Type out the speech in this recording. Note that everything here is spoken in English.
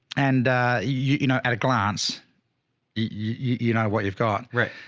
and you know, at a glance you know what you've got right.